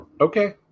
Okay